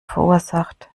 verursacht